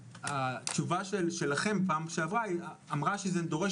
התשובה שלכם בפעם שעברה אמרה שזה דורש